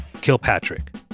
Kilpatrick